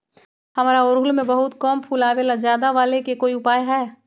हमारा ओरहुल में बहुत कम फूल आवेला ज्यादा वाले के कोइ उपाय हैं?